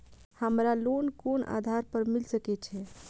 हमरा लोन कोन आधार पर मिल सके छे?